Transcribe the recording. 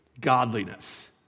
godliness